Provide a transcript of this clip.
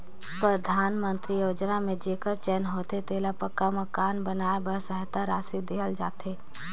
परधानमंतरी अवास योजना में जेकर चयन होथे तेला पक्का मकान बनाए बर सहेता रासि देहल जाथे